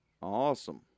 awesome